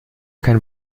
kein